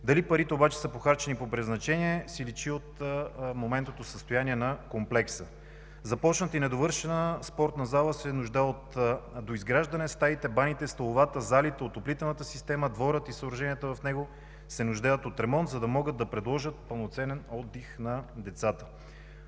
Дали парите са похарчени по предназначение, си личи от моментното състояние на комплекса – започнатата и недовършена спортна зала се нуждае от доизграждане, стаите, баните, столовата, залите, отоплителната система, дворът и съоръженията в него се нуждаят от ремонт, за да могат да предложат пълноценен отдих на децата.